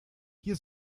hier